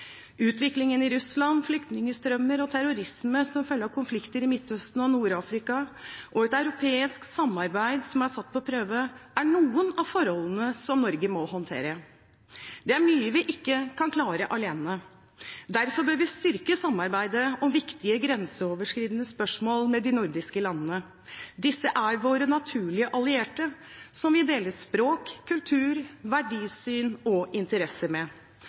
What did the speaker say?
Utviklingen i Russland, flyktningstrømmer og terrorisme som følge av konflikter i Midtøsten og Nord-Afrika samt et europeisk samarbeid som er satt på prøve, er noen av forholdene som Norge må håndtere. Det er mye vi ikke kan klare alene. Derfor bør vi styrke samarbeidet om viktige grenseoverskridende spørsmål med de nordiske landene. Disse er våre naturlige allierte, som vi deler språk, kultur, verdisyn og interesser med.